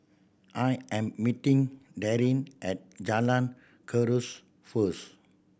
I am meeting Darrin at Jalan Kuras first